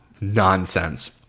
nonsense